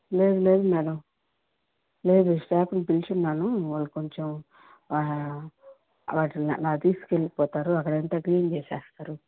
లేదు లేదు మేడం లేదు స్టాఫ్ను పిల్చున్నాను వాళ్ళు కొంచెం వాటిని నా తీసుకెళ్ళిపోతారు అక్కడంతా క్లీన్ చేసేస్తారు